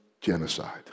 genocide